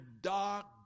dark